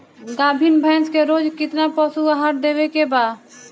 गाभीन भैंस के रोज कितना पशु आहार देवे के बा?